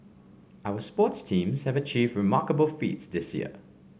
our sports teams have achieved remarkable feats this year